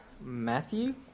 Matthew